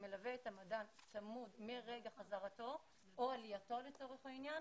שמלווה את המדען צמוד מרגע חזרתו או עלייתו לצורך העניין